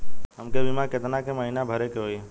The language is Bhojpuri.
हमके बीमा केतना के महीना भरे के होई?